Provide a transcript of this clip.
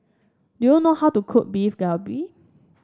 do you know how to cook Beef Galbi